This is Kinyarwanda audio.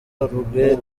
rugwe